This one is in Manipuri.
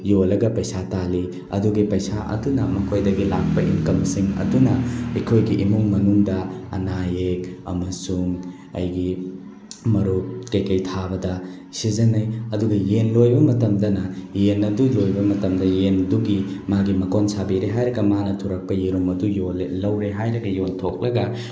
ꯌꯣꯜꯂꯒ ꯄꯩꯁꯥ ꯇꯥꯜꯂꯤ ꯑꯗꯨꯒꯤ ꯄꯩꯁꯥ ꯑꯗꯨꯅ ꯃꯈꯣꯏꯗꯒꯤ ꯂꯥꯛꯄ ꯏꯟꯀꯝꯁꯤꯡ ꯑꯗꯨꯅ ꯑꯩꯈꯣꯏꯒꯤ ꯏꯃꯨꯡ ꯃꯅꯨꯡꯗ ꯑꯅꯥ ꯑꯌꯦꯛ ꯑꯃꯁꯨꯡ ꯑꯩꯒꯤ ꯃꯔꯨꯞ ꯀꯔꯤ ꯀꯔꯤ ꯊꯥꯕꯗ ꯁꯤꯖꯤꯟꯅꯩ ꯑꯗꯨꯒ ꯌꯦꯟ ꯂꯣꯏꯕ ꯃꯇꯝꯗꯅ ꯌꯦꯟ ꯑꯗꯨ ꯂꯣꯏꯕ ꯃꯇꯝꯗ ꯌꯦꯟ ꯑꯗꯨꯒꯤ ꯃꯥꯒꯤ ꯃꯀꯣꯟ ꯁꯥꯕꯤꯔꯦ ꯍꯥꯏꯔꯒ ꯃꯥꯅ ꯊꯨꯔꯛꯄ ꯌꯦꯔꯨꯝ ꯑꯗꯨ ꯌꯣꯜꯂꯦ ꯂꯧꯔꯦ ꯍꯥꯏꯔꯒ ꯌꯣꯟꯊꯣꯛꯂꯒ